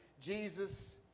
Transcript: Jesus